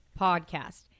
podcast